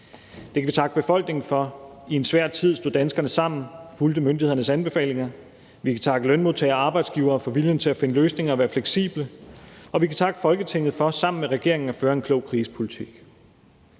Det kan vi takke befolkningen for. I en svær tid stod danskerne sammen og fulgte myndighedernes anbefalinger. Vi kan takke lønmodtagere og arbejdsgivere for viljen til at finde løsninger og være fleksible, og vi kan takke Folketinget for sammen med regeringen at føre en klog krisepolitik.